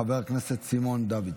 חבר הכנסת סימון דוידסון.